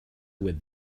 with